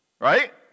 right